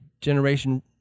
generation